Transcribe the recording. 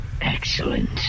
Excellent